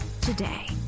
today